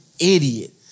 idiot